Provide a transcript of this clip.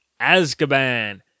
Azkaban